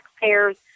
taxpayers